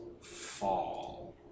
fall